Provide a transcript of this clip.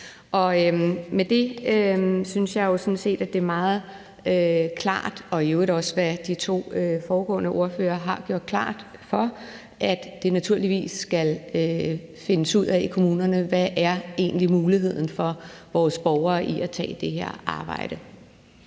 at det er meget klart – og i øvrigt er det også det, de to foregående ordførere har redegjort for – at det naturligvis skal findes ud af i kommunerne, hvad muligheden egentlig er for vores borgere for at tage i det her arbejde.